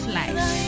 life